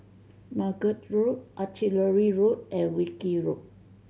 Margate Road Artillery Road and Wilkie Road